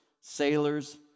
sailors